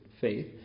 faith